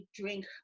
drink